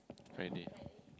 Friday